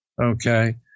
Okay